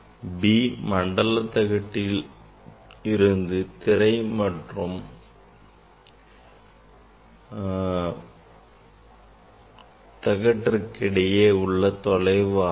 b மண்டல தகட்டில் இருந்து திரை உள்ள தொலைவு ஆகும்